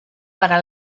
para